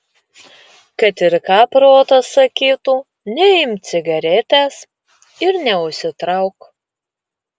kad ir ką protas sakytų neimk cigaretės ir neužsitrauk